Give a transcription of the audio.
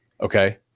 okay